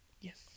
Yes